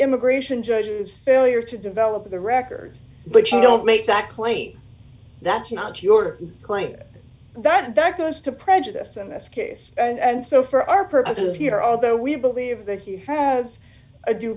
immigration judges failure to develop the record but you don't make that claim that's not your claim that that goes to prejudice in this case and so for our purposes here although we believe that he has a due